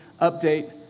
update